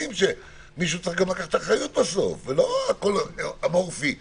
מישהו צריך גם לקחת אחריות בסוף ואי אפשר שהכול יהיה אמורפי,